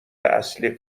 اصلی